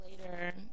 later